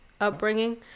upbringing